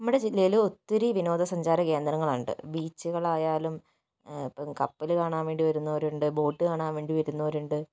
നമ്മുടെ ജില്ലയിൽ ഒത്തിരി വിനോദസഞ്ചാര കേന്ദ്രങ്ങളുണ്ട് ബീച്ചുകളായാലും ഇപ്പോൾ കപ്പല് കാണാൻ വേണ്ടി വരുന്നവരുണ്ട് ബോട്ട് കാണാൻ വേണ്ടി വരുന്നവരുണ്ട്